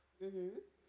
mmhmm